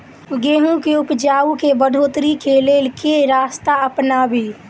गेंहूँ केँ उपजाउ केँ बढ़ोतरी केँ लेल केँ रास्ता अपनाबी?